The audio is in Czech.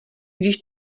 když